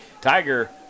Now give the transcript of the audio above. Tiger